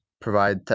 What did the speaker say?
provide